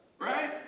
Right